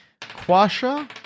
Quasha